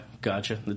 gotcha